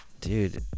Dude